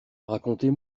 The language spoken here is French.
racontez